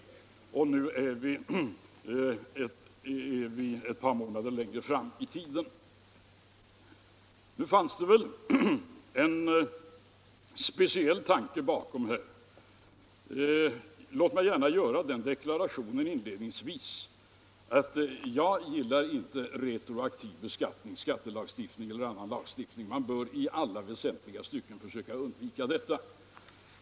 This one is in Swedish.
Nu är vi ju ett par månader längre fram i tiden. Men det fanns väl en speciell tanke bakom. Låt mig inledningsvis göra den deklarationen, att jag inte gillar retroaktiv lagstiftning, vare sig det gäller skattelagstiftning eller annan lagstiftning. Man bör i alla väsentliga stycken försöka undvika det.